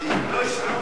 תודה.